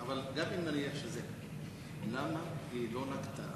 אבל גם אם נניח שזה היה כך, למה היא לא נקטה